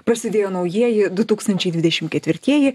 prasidėjo naujieji du tūkstančiai dvidešimt ketvirtieji